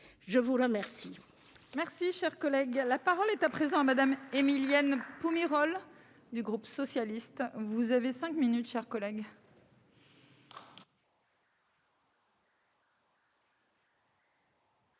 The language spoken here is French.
à vous remercier